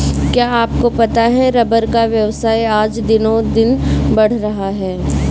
क्या आपको पता है रबर का व्यवसाय आज दिनोंदिन बढ़ रहा है?